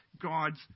God's